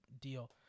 deal